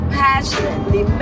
passionately